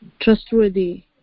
trustworthy